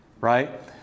right